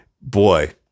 Boy